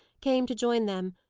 came to join them,